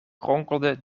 kronkelde